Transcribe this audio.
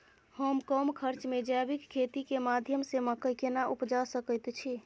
हम कम खर्च में जैविक खेती के माध्यम से मकई केना उपजा सकेत छी?